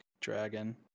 dragon